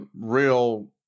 real